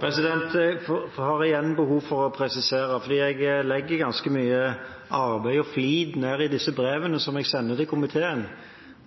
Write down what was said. same. Jeg har igjen behov for å presisere, for jeg legger ganske mye arbeid og flid i de brevene som jeg sender til komiteen.